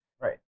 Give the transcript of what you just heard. Right